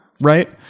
Right